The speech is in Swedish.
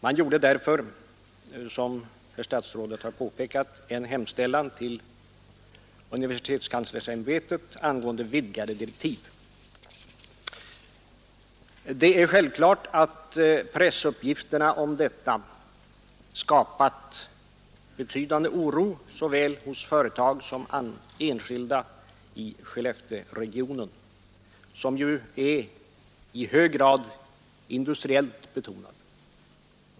Man gjorde därför somherr statsrådet har påpekat en hemställan till universitetskanslersämbetet angående vidgade direktiv. Det är självkart att pressuppgifterna om detta skapat betydande oro hos såväl företag som enskilda i Skellefteåregionen, som är i hög grad industriellt betonad.